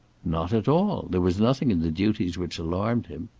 not at all! there was nothing in the duties which alarmed him.